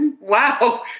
wow